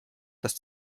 dass